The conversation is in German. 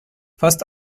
fast